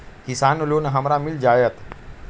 किसान लोन हमरा मिल जायत?